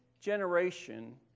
generation